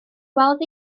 gweld